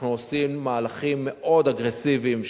אנחנו עושים מהלכים מאוד אגרסיביים,